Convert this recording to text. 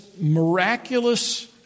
miraculous